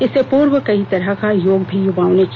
इससे पूर्व कई तरह का योग भी युवाओं ने किया